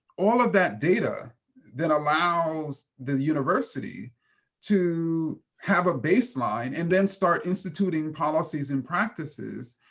all of that data that allows the university to have a baseline and then start instituting policies and practices,